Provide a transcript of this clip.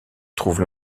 trouvent